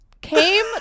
came